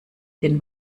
den